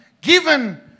given